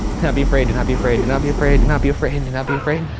do not be afraid, do not be afraid, do not be afraid, do not be afraid, do not be afraid.